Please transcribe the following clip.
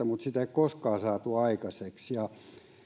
mutta sitä ei ole koskaan saatu aikaiseksi